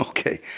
Okay